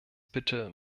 bitte